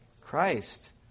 Christ